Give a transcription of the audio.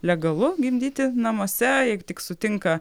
legalu gimdyti namuose jeigu tik sutinka